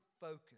focus